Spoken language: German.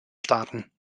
staaten